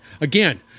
Again